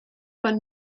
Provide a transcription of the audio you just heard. von